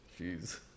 Jeez